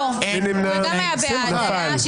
נפל.